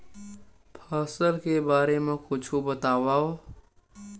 फसल के बारे मा कुछु बतावव